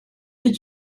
did